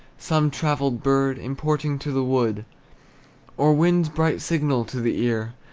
some travelled bird imported to the wood or wind's bright signal to the ear,